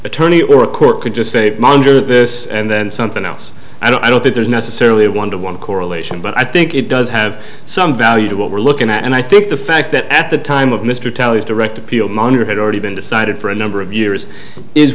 attorney or a court could just say ponder this and then something else and i don't think there's necessarily a one to one correlation but i think it does have some value to what we're looking at and i think the fact that at the time of mr taylor's direct appeal manner had already been decided for a number of years is